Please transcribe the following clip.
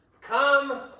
come